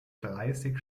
dreißig